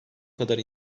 kadar